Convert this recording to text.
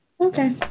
okay